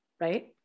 Right